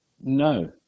No